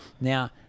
Now